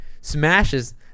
smashes